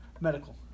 Medical